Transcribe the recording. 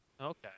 Okay